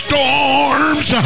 storms